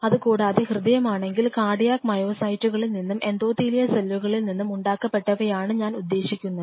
അതുകൂടാതെ ഹൃദയമാണെങ്കിൽ കാർഡിയാക് മയോസൈറ്റുകളിൽ നിന്നും എൻഡോത്തീലിയൽ സെല്ലുകളിൽ നിന്നും ഉണ്ടാക്കപെട്ടവയാണ് ഞാൻ ഉദ്ദേശിക്കുന്നത്